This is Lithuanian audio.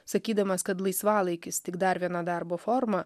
sakydamas kad laisvalaikis tik dar viena darbo forma